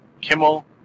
Kimmel